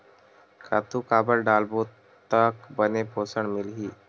खातु काबर डारबो त बने पोषण मिलही?